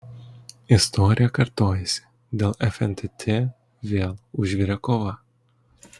istorija kartojasi dėl fntt vėl užvirė kova